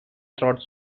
throat